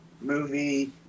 movie